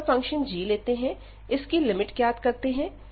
यहां पर function g लेते हैं इस की लिमिट ज्ञात करते हैं